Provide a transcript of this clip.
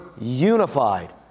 unified